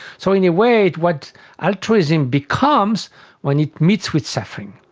so in a way what altruism becomes when it meets with suffering.